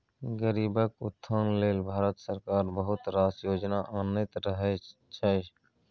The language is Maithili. गरीबक उत्थान लेल भारत सरकार बहुत रास योजना आनैत रहय छै